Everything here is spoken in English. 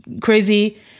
crazy